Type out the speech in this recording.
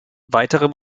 weitere